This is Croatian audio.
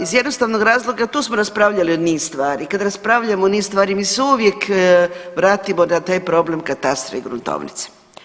Iz jednostavnog razloga, tu smo raspravljali o niz stvari, kad raspravljamo o niz stvari mi se uvijek vratimo na taj problem katastra i gruntovnice.